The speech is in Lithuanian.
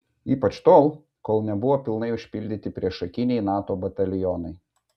ypač tol kol nebuvo pilnai užpildyti priešakiniai nato batalionai